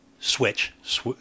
Switch